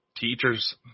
Teachers